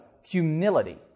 humility